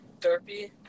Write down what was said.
derpy